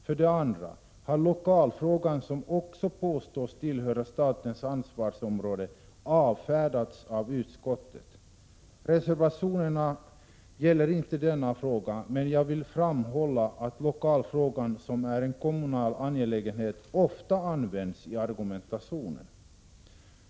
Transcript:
För det andra har lokalfrågan, som också påstås tillhöra statens ansvarsområde, avfärdats av utskottet. Reservationerna gäller inte denna fråga, men jag vill framhålla att lokalfrågan, som är en kommunal angelägenhet, ofta används i argumentationen.